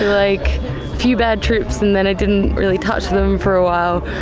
like few bad trips and then i didn't really touch them for a while.